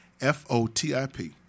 F-O-T-I-P